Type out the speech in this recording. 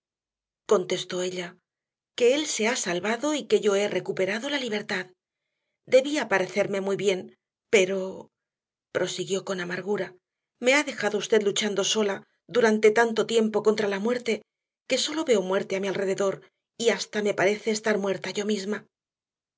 contestó ella que él se ha salvado y que yo he recuperado la libertad debía parecerme muy bien pero prosiguió con amargura me ha dejado usted luchando sola durante tanto tiempo contra la muerte que sólo veo muerte a mi alrededor y hasta me parece estar muerta yo misma